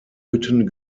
hütten